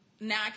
Now